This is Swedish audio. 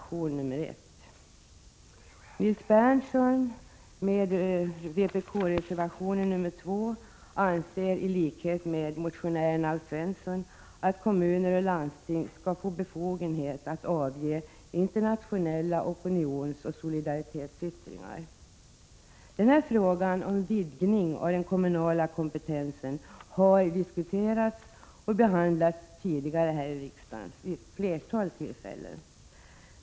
Nils Berndtson anser i vpk-reservationen nr 2, i likhet med motionären Alf Svensson, att kommuner och landsting skall få befogenhet att avge internationella opinionsoch solidaritetsyttringar. Den här frågan — om vidgning av den kommunala kompetensen — har diskuterats och behandlats tidigare här i riksdagen vid ett flertal tillfällen.